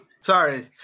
Sorry